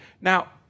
Now